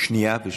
שנייה ושלישית,